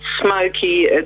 smoky